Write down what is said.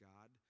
God